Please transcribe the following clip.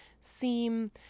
seem